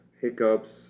hiccups